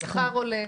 השכר עולה,